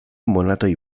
monatoj